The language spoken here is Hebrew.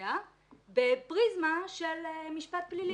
ואזרחיה בפריזמה של משפט פלילי.